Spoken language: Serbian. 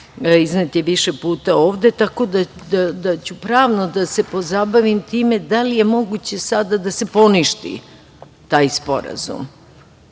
Iznete je više puta ovde. Tako da ću pravno da se pozabavim time da li je moguće sada da se poništi taj sporazum,